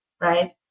right